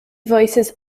voices